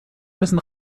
müssen